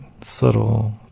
subtle